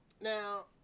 now